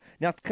Now